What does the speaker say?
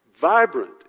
vibrant